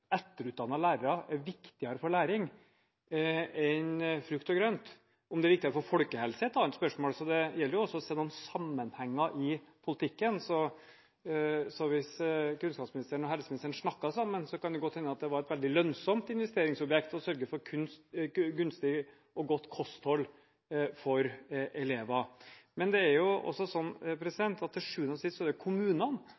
etterutdannete lærere er viktigere for læring enn frukt og grønt. Om det er viktigere for folkehelsen, er et annet spørsmål, så det gjelder også å se noen sammenhenger i politikken. Hvis kunnskapsministeren og helseministeren snakket sammen, kan det godt hende at det ville vise seg å være et veldig lønnsomt investeringsobjekt å sørge for gunstig og godt kosthold for elever. Men det er også sånn